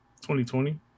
2020